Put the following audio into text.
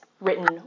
Written